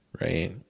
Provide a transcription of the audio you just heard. right